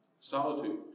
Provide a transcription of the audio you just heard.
solitude